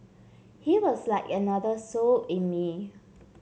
he was like another soul in me